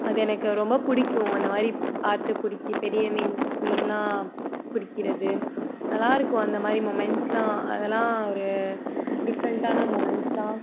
அது எனக்கு ரொம்ப பிடிக்கும் அந்தமாதிரி பார்த்து பிடிக்கி பெரிய மீன்ஸ் மீன்லாம் பிடிக்கிறது நல்லாயிருக்கும் அந்தமாதிரி மொமெண்ட்ஸ்லாம் அதெல்லாம் ஒரு டிஃப்ரெண்ட்டான மொமெண்ட்ஸ் தான்